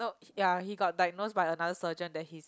ya he got diagnosed by another surgeon that he